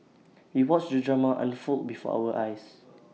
we watched the drama unfold before our eyes